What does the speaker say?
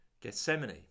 Gethsemane